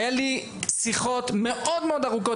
היו לי שיחות מאוד מאוד ארוכות,